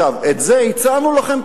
את זה הצענו לכם,